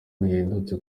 buhendutse